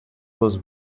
was